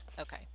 okay